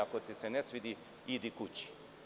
Ako ti se ne svidi, idi kući.